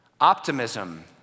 Optimism